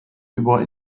über